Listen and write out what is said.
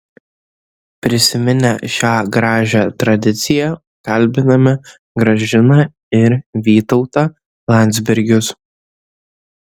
prisiminę šią gražią tradiciją kalbiname gražiną ir vytautą landsbergius